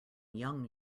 young